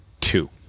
two